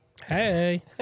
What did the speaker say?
Hey